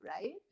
right